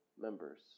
members